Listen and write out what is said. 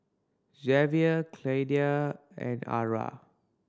Xavier Claydia and Arah